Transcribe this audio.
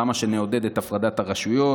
למה שנעודד את הפרדת הרשויות?